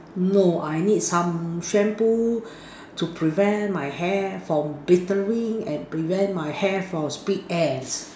no I need some shampoo to prevent my hair from and prevent my hair from split ends